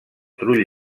trull